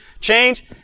Change